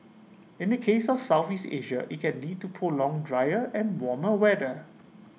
in the case of Southeast Asia IT can lead to prolonged drier and warmer weather